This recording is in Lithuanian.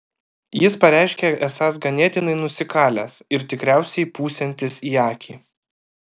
jis pareiškė esąs ganėtinai nusikalęs ir tikriausiai pūsiantis į akį